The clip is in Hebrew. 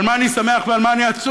על מה אני שמח ועל מה אני עצוב,